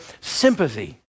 sympathy